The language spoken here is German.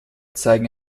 zeigen